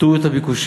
תורידו את הביקושים,